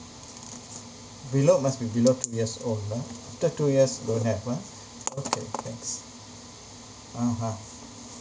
below must be below two years old ah after two years don't have ah okay thanks (uh huh)